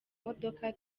modoka